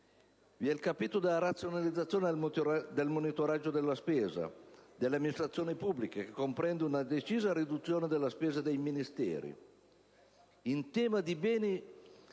Il capitolo della razionalizzazione e monitoraggio della spesa delle amministrazioni pubbliche comprende una decisa riduzione delle spese dei Ministeri. In tema di acquisti